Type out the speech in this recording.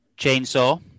chainsaw